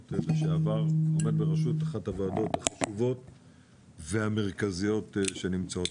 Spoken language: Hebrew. לשעבר עומד בראשות אחת הוועדות החשובות והמרכזיות כאן.